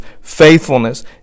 faithfulness